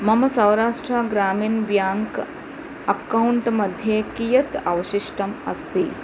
मम Saurashtra Gramin bank account मध्ये कियत् अवशिष्टम् अस्ति